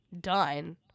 done